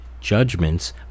judgments